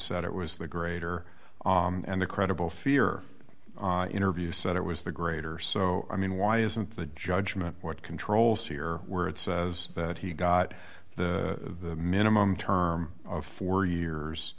said it was the greater and the credible fear interview said it was the greater so i mean why isn't the judgement what controls here where it says that he got the minimum term of four years